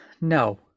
no